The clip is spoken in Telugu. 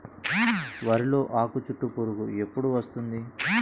వరిలో ఆకుచుట్టు పురుగు ఎప్పుడు వస్తుంది?